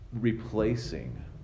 replacing